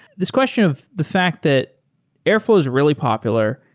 this question of the fact that airflow is really popular.